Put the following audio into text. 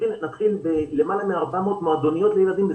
נתחיל בלמעלה מ-400 מועדוניות לילדים בסיכון.